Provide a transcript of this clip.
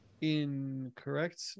Incorrect